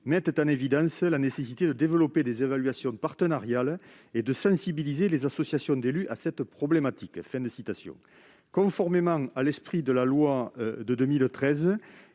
mettent en évidence la nécessité de développer des évaluations partenariales et de sensibiliser les associations d'élus à cette problématique ». Conformément à l'esprit de la loi de 2013